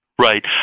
Right